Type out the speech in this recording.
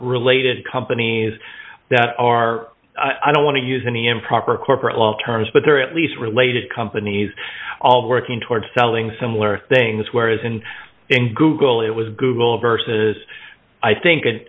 related companies that are i don't want to use any improper corporate long terms but there are at least related companies all working towards selling similar things whereas and in google it was google versus i think